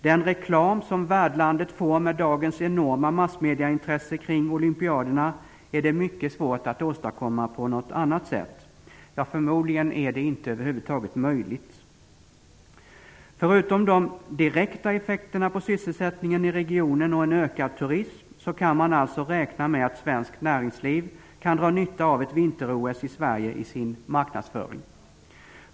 Den reklam som värdlandet får, med dagens enorma massmedieintresse kring olympiaderna, är det mycket svårt att åstadkomma på något annat sätt; förmodligen är det inte över huvud taget möjligt. Förutom de direkta effekterna på sysselsättningen i regionen och en ökad turism kan man alltså räkna med att svenskt näringsliv kan dra nytta av ett vinter-OS i Sverige i sin marknadsföring.